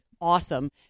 awesome